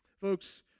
Folks